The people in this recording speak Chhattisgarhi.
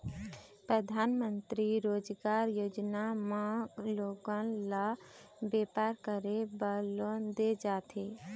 परधानमंतरी रोजगार योजना म लोगन ल बेपार करे बर लोन दे जाथे